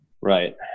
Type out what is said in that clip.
Right